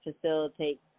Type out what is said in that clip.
facilitate